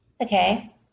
Okay